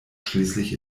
schließlich